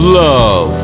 love